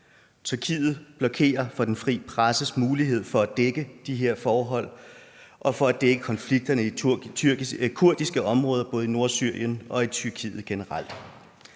Tyrkiet blokerer for den frie presses mulighed for at dække de her forhold og for at dække konflikterne i kurdiske områder både i Nordsyrien og i Tyrkiet generelt.